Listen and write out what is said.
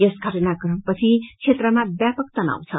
यस घटनाकमपछि क्षेत्रमा ब्यापक तनाउ छ